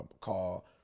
call